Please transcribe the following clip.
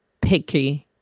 picky